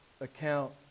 account